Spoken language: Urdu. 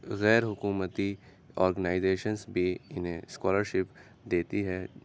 غیرحکومتی آرگنائزیشنس بھی انہیں اسکالرشپ دیتی ہے